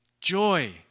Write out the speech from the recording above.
Joy